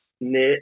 knit